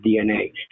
DNA